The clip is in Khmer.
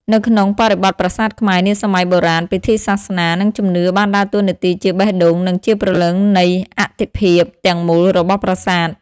នៅក្នុងបរិបទប្រាសាទខ្មែរនាសម័យបុរាណ ពិធីសាសនា និងជំនឿបានដើរតួនាទីជាបេះដូង និងជាព្រលឹងនៃអត្ថិភាពទាំងមូលរបស់ប្រាសាទ។